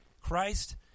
Christ